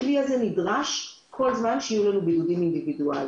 הכלי הזה נדרש כל זמן שיהיו לנו בידודים אינדיבידואליים,